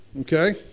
okay